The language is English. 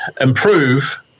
improve